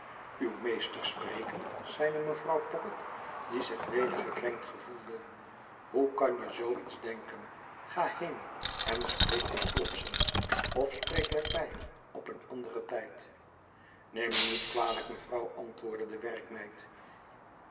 uw meester spreken zeide mevrouw pocket die zich weder gekrenkt gevoelde hoe kan je zoo iets denken ga heen en spreek met flopson of spreek met mij op een anderen tijd neem me niet kwalijk mevrouw antwoordde de